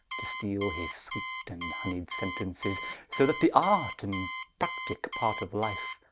to steale his sweet and honyed sentences so that the art and practique part of life,